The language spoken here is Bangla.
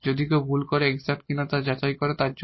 যদি কেউ ভুল করে এক্সাট কিনা তা যাচাই না করে তার জন্য